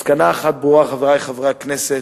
אבל מסקנה אחת ברורה, חברי חברי הכנסת: